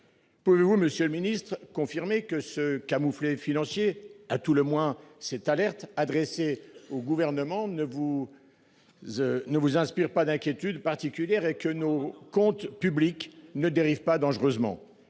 Pour vous, Monsieur le Ministre confirmé que ce camouflet financier à tout le moins cette alerte adressé au gouvernement ne vous. Ne vous inspire pas d'inquiétude particulière et que nos comptes publics ne dérive pas dangereusement.